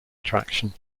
attraction